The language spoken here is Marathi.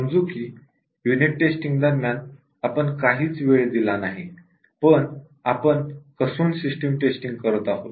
समजू की युनिट टेस्टिंग दरम्यान आपण काहीच वेळ दिला नाही पण आपण कसून सिस्टम टेस्टिंग करत आहोत